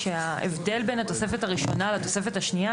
ההבדל בין התוספת הראשונה לתוספת השנייה,